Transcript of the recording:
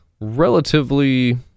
relatively